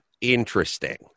interesting